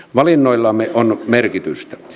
valinnoillamme on merkitystä